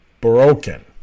Broken